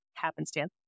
happenstance